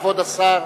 כבוד השר.